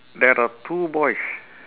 there are two boys